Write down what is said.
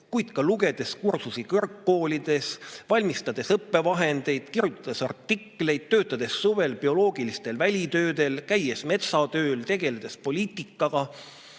kuid ka lugedes kursusi kõrgkoolides, valmistades õppevahendeid, kirjutades artikleid, töötades suvel bioloogilistel välitöödel, käies metsatööl, tegeldes poliitikaga.